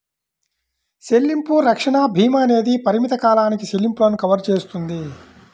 చెల్లింపు రక్షణ భీమా అనేది పరిమిత కాలానికి చెల్లింపులను కవర్ చేస్తుంది